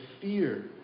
fear